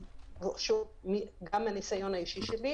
גם מהניסיון האישי שלי,